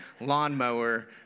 lawnmower